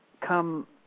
come